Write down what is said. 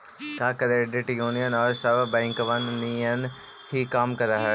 का credit union आउ सब बैंकबन नियन ही काम कर हई?